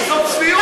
זו צביעות.